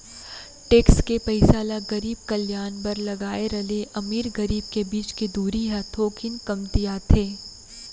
tax के पइसा ल गरीब कल्यान बर लगाए र ले अमीर गरीब के बीच के दूरी ह थोकिन कमतियाथे